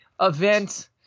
event